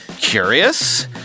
Curious